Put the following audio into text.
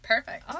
Perfect